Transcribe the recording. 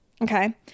okay